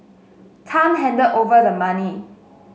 Tan handed over the money